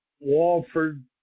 Walford